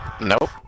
Nope